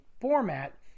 format